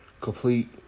complete